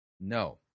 No